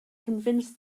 convince